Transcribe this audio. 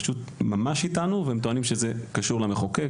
הרשות ממש אתנו והם טוענים שזה קשור למחוקק,